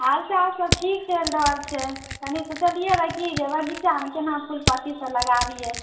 हालचालसभ ठीक चलि रहल छै कनि सोचलियै हँ की बगीचामे केना फूल पत्तीसभ लगाबीयै